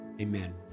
amen